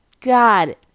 God